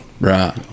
Right